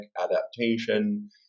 adaptation